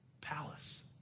palace